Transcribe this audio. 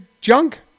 junk